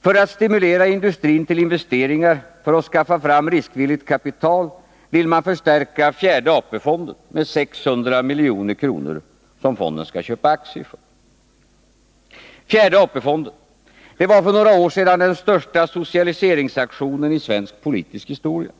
För att stimulera industrin till investeringar, för att skaffa fram riskvilligt kapital, vill man förstärka fjärde AP-fonden med 600 milj.kr., som fonden skall köpa aktier för. Fjärde AP-fonden — det var för några år sedan den största socialiseringsaktionen i svensk politisk historia.